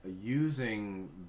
using